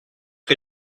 que